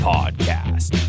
Podcast